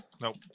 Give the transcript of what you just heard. Nope